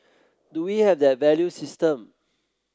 do we have that value system